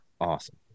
awesome